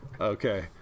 Okay